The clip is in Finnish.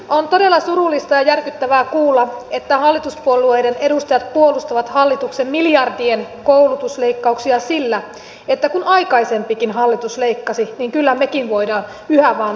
on todella surullista ja järkyttävää kuulla että hallituspuolueiden edustajat puolustavat hallituksen miljardien koulutusleikkauksia sillä että kun aikaisempikin hallitus leikkasi niin kyllä mekin voimme yhä vain enemmän leikata